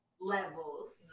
levels